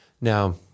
Now